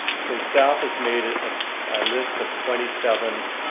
so staff has made a list of twenty seven